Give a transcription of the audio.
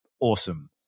awesome